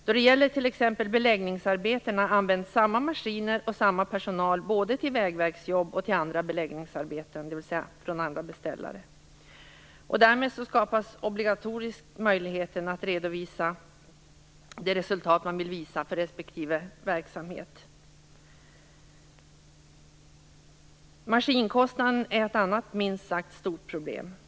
Då det gäller t.ex. beläggningsarbeten används samma maskiner och samma personal både till vägverksjobb och till andra beläggningsarbeten, dvs. från andra beställare. Därmed skapas automatiskt möjligheten att redovisa de resultat man vill visa för respektive verksamhet. Maskinkostnaderna är ett annat minst sagt stort problem.